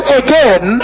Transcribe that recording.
again